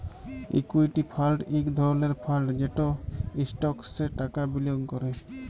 equity fund ইক ধরলের fund যেট ইস্টকসে টাকা বিলিয়গ ক্যরে